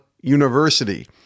University